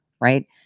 right